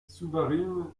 souvarine